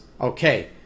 okay